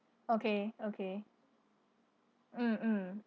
okay okay mm mm